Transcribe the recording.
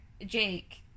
Jake